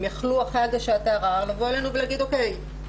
הם יכלו אחרי הגשת הערר לבוא אלינו ולהגיד: אוקי,